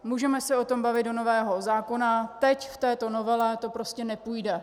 Můžeme se o tom bavit do nového zákona, teď, v této novele to prostě nepůjde.